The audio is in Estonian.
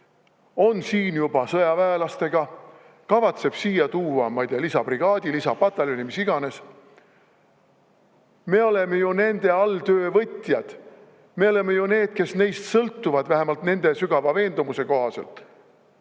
on siin juba sõjaväelastega, kavatseb siia tuua, ma ei tea, lisabrigaadi, lisapataljoni, mis iganes. Me oleme ju nende alltöövõtjad, me oleme ju need, kes neist sõltuvad, vähemalt nende sügava veendumuse kohaselt.